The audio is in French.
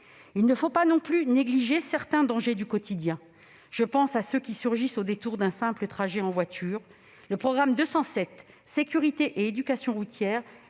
Il ne faut pas non plus négliger certains dangers du quotidien. Je pense à ceux qui surgissent au détour d'un simple trajet en voiture. Le programme 207, « Sécurité et éducation routières